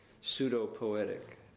pseudo-poetic